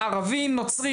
בערבי או בנוצרי.